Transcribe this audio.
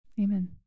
Amen